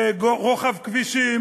רוחב כבישים,